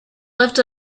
left